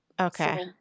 Okay